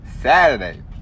Saturday